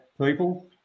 people